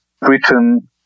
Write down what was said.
Britain